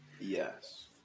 Yes